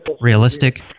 realistic